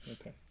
Okay